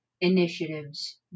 initiatives